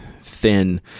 thin